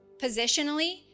Positionally